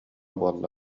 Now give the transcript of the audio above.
буолла